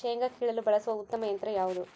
ಶೇಂಗಾ ಕೇಳಲು ಬಳಸುವ ಉತ್ತಮ ಯಂತ್ರ ಯಾವುದು?